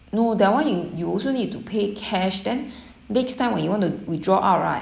no that one you you also need to pay cash then next time when you want to withdraw out right